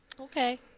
Okay